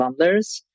bundlers